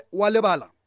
walebala